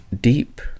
deep